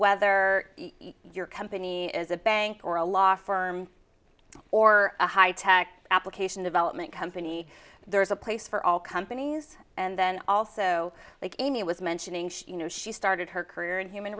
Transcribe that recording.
whether your company is a bank or a law firm or a high tech application development company there is a place for all companies and then also like amy was mentioning you know she started her career in human